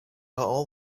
all